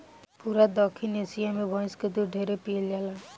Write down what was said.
पूरा दखिन एशिया मे भइस के दूध ढेरे पियल जाला